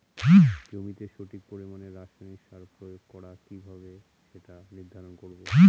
জমিতে সঠিক পরিমাণে রাসায়নিক সার প্রয়োগ করা কিভাবে সেটা নির্ধারণ করব?